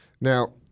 Now